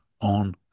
on